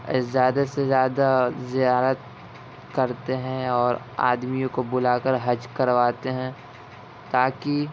زیادہ سے زیادہ زیارت کرتے ہیں اور آدمیوں کو بلا کر حج کرواتے ہیں تاکہ